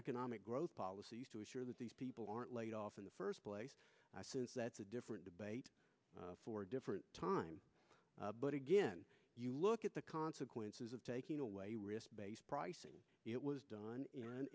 economic growth policies to assure that these people aren't laid off in the first place since that's a different debate for different time but again you look at the consequences of taking away risk based pricing it was done